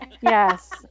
Yes